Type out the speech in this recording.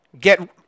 get